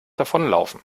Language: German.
davonlaufen